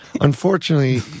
Unfortunately